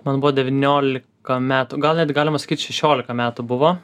man buvo devyniolika metų gal net galima sakyt šešiolika metų buvo